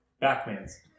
Batman's